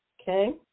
Okay